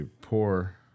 poor